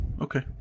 okay